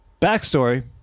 Backstory